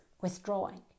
withdrawing